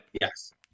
Yes